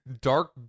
dark